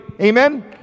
amen